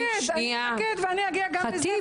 אני אמקד ואגיע גם לזה.